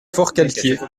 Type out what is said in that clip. forcalquier